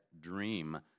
dream